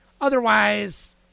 otherwise